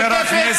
המשותפת.